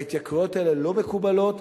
וההתייקרויות האלה לא מקובלות.